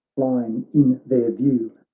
flying in their view.